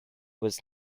was